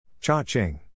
Cha-ching